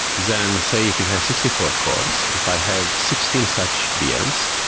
then, say, if it has sixty four cores, if i have sixteen such vms,